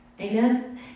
Amen